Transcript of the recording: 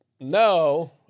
no